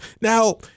Now